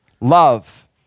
love